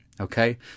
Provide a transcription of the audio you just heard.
Okay